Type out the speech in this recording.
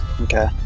Okay